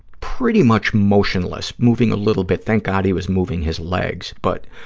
pretty much motionless, moving a little bit. thank god he was moving his legs. but,